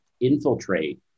infiltrate